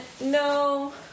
no